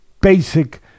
basic